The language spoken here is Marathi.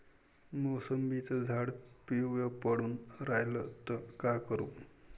मोसंबीचं झाड पिवळं पडून रायलं त का करू?